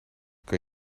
kan